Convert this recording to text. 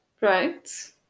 Right